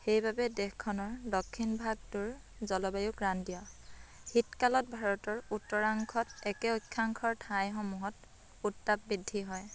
সেইবাবে দেশখনৰ দক্ষিণ ভাগটোৰ জলবায়ু ক্ৰান্তীয় শীতকালত ভাৰতৰ উত্তৰাংশত একে অক্ষাংশৰ ঠাইসমূহত উত্তাপ বৃদ্ধি হয়